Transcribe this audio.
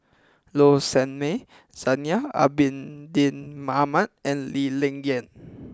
Low Sanmay Zainal Abidin Ahmad and Lee Ling Yen